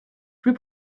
plus